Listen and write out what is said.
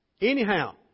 Anyhow